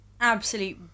absolute